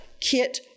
Kit